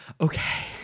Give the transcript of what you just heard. Okay